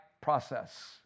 process